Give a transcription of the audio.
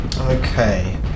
Okay